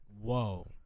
Whoa